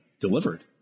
delivered